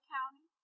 County